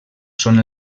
són